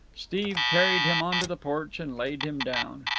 steve carried him on to the porch and laid him down.